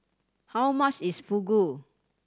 how much is Fugu